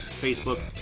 Facebook